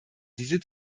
diese